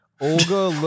Olga